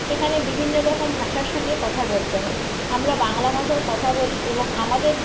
সেখানে বিভিন্ন রকম ভাষার সঙ্গে কথা বলতে হয় আমরা বাংলা ভাষাও কথা বলি এবং আমাদের